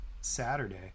Saturday